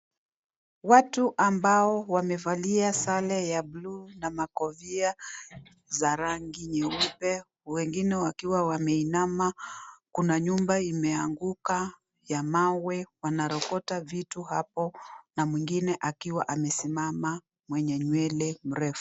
Watu ambao wamevalia sale ya bluu na makovia za rangi nyeupe wengine wakiwa wameinama, kuna nyumba imeanguka ya mawe wanarokota vitu hapo na mwingine akiwa amesimama mwenye nywele mrefu.